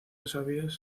desafíos